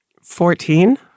Fourteen